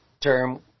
term